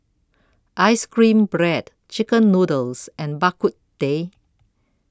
Ice Cream Bread Chicken Noodles and Bak Kut Teh